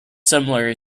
similar